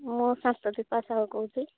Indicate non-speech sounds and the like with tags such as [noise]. ମୁଁ [unintelligible] ଦୀପା ସାହୁ କହୁଛି